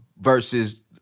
versus